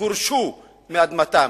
שגורשו מאדמתם,